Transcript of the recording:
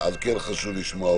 יש נושא שאנחנו צריכים להעלות